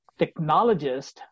technologist